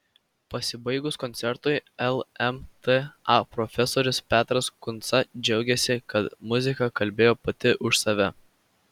pasibaigus koncertui lmta profesorius petras kunca džiaugėsi kad muzika kalbėjo pati už save